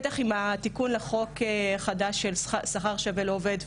ובטח עם התיקון לחוק החדש של שכר שווה לעובד.